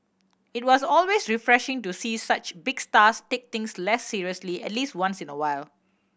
it was always refreshing to see such big stars take things less seriously at least once in a while